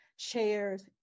chairs